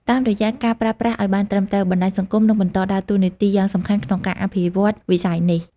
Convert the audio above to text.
តាមរយៈការប្រើប្រាស់ឲ្យបានត្រឹមត្រូវ បណ្ដាញសង្គមនឹងបន្តដើរតួនាទីយ៉ាងសំខាន់ក្នុងការអភិវឌ្ឍន៍វិស័យនេះ។